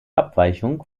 abweichung